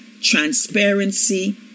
transparency